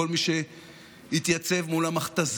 לכל מי שהתייצב מול המכת"זיות,